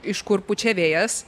iš kur pučia vėjas